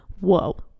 whoa